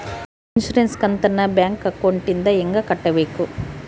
Insurance ಕಂತನ್ನ bank ಅಕೌಂಟಿಂದ ಹೆಂಗ ಕಟ್ಟಬೇಕು?